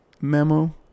memo